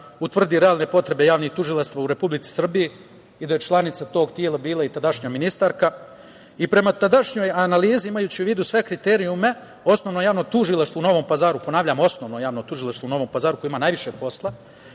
utvrdi realne potrebe javnih tužilaca u Republici Srbiji i da je članica tog tela bila i tadašnja ministarka. Prema tadašnjoj analizi, imajući u vidu sve kriterijume, Osnovno javno tužilaštvo u Novom Pazaru, ponavljam Osnovno javno tužilaštvo u Novom pazaru, koje ima najviše posla,